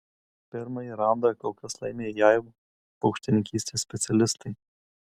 pirmąjį raundą kol kas laimi jav paukštininkystės specialistai